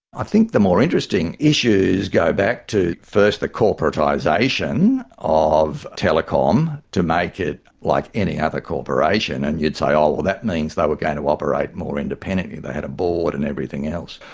i think the more interesting issues go back to first the corporatisation of telecom to make it like any other corporation and you'd say, oh, well that means they were going to operate more independently, they had a board and everything else.